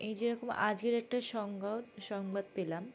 এই যেরকম আজকের একটা সংজদ সংবাদ পেলাম